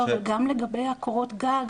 לגבי קורות הגג